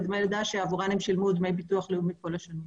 ודמי לידה שעבורן הן שילמו דמי ביטוח לאומי כל השנים.